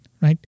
Right